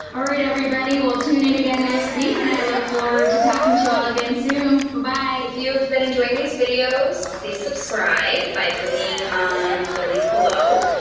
all right everybody, well tune in again next week and i look forward to talking to you all again soon. bye bye! if you have been enjoying these videos, please subscribe by clicking on the link below,